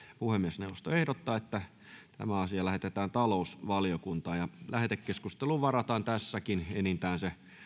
puhemiesneuvosto ehdottaa että asia lähetetään talousvaliokuntaan lähetekeskusteluun varataan tässäkin enintään